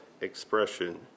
expression